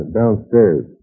downstairs